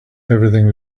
everything